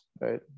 right